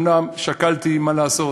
אומנם שקלתי מה לעשות,